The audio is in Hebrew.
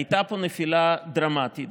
הייתה פה נפילה דרמטית,